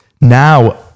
now